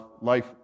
life